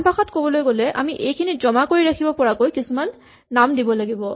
আনভাষাত ক'বলৈ গ'লে আমি এইখিনি জমা কৰি ৰাখিব পৰাকৈ কিছুমান নাম দিব লাগিব